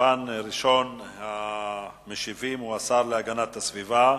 ראשון המשיבים הוא השר להגנת הסביבה.